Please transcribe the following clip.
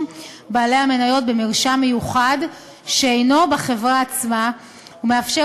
בעלי המניות במרשם מיוחד שאינו בחברה עצמה ומאפשר